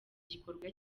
igikorwa